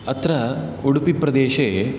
अत्र उडपिप्रदेशे